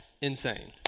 insane